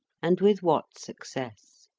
and with what success